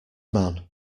man